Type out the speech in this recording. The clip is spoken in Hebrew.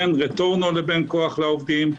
בין רטורנו לבין כח לעובדים.